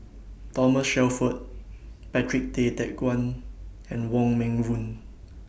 Thomas Shelford Patrick Tay Teck Guan and Wong Meng Voon